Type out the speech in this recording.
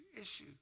issue